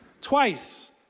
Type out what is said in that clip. Twice